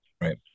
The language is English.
Right